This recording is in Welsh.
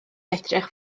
edrych